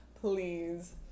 please